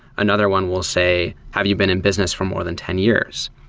another one will say, have you been in business for more than ten years?